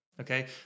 Okay